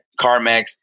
CarMax